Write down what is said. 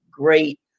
great